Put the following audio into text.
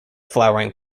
flowering